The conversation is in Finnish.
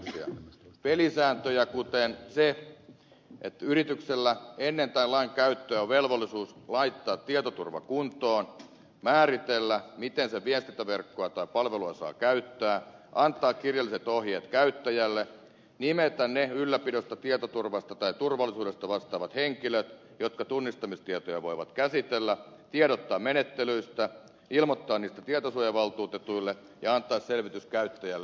tarvitaan pelisääntöjä kuten sitä että yrityksellä ennen tämän lain käyttöä on velvollisuus laittaa tietoturva kuntoon määritellä miten sen viestintäverkkoa tai palvelua saa käyttää antaa kirjalliset ohjeet käyttäjälle nimetä ne ylläpidosta tietoturvasta tai turvallisuudesta vastaavat henkilöt jotka tunnistamistietoja voivat käsitellä tiedottaa menettelyistä ilmoittaa niistä tietosuojavaltuutetulle ja antaa selvitys käyttäjälle